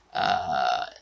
err